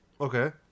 Okay